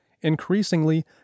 Increasingly